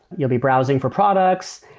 you'll be browsing for products.